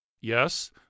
Yes